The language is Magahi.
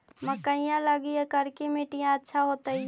मकईया लगी करिकी मिट्टियां अच्छा होतई